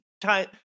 Time